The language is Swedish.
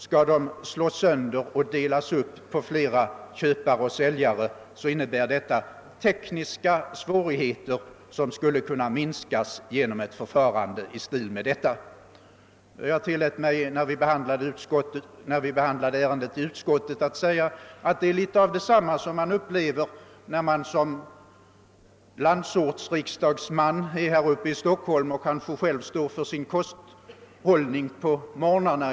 Om de skall slås sönder och delas upp på flera köpare innebär detta tekniska svårigheter, som skulle kunna minskas genom ett förfarande i stil med det föreslagna. Jag tillät mig när vi behandlade ärendet i utskottet säga att det här är en parallell till hur man har det när man som landsortsriksdagsman här i Stockholm själv står för sitt kosthåll — i varje fall på mornarna.